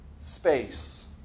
space